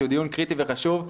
שהוא דיון קריטי וחשוב.